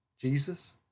Jesus